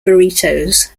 burritos